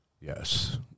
Yes